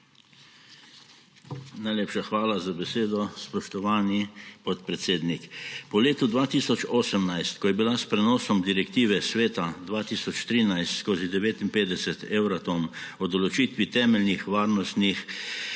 Najlepša hvala za besedo, spoštovani podpredsednik. Po letu 2018, ko je bila s prenosom direktive Sveta 2013/59 Euratom o določitvi temeljnih varnostnih